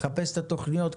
מחפש את התוכניות,